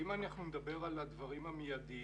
אם אנחנו נדבר על הדברים המיידיים,